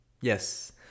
Yes